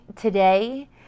today